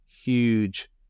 huge